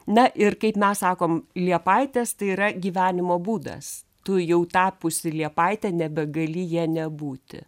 na ir kaip mes sakom liepaitės tai yra gyvenimo būdas tu jau tapusi liepaitė nebegali ja nebūti